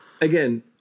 again